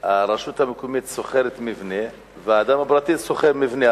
הרשות המקומית שוכרת מבנה והאדם הפרטי שוכר מבנה,